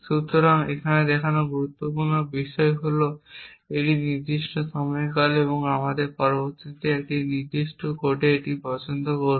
সুতরাং এখানে দেখানো গুরুত্বপূর্ণ বিষয় হল এই নির্দিষ্ট সময়কাল এবং আমরা পরবর্তীতে এই নির্দিষ্ট কোডে এটিকে পছন্দ করব